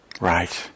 Right